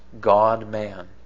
God-man